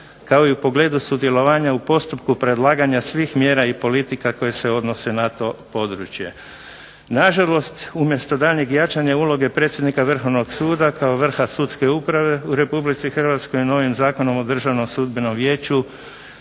kao i u pogledu sudjelovanja u postupku predlaganja svih mjera i politika koje se odnose na to područje. Na žalost umjesto daljnjeg jačanja uloge predsjednika Vrhovnog suda, kao vrha sudske uprave u Republici Hrvatskoj, novim Zakonom o Državnom sudbenom vijeću